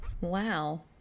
Wow